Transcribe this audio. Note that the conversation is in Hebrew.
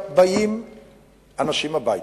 באים אנשים הביתה,